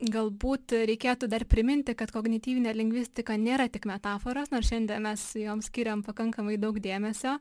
galbūt reikėtų dar priminti kad kognityvinė lingvistika nėra tik metaforos nors šiandien mes jom skyrėm pakankamai daug dėmesio